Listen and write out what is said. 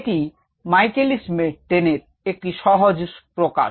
এটি Michaelis Menten এর একটি সহজ প্রকাশ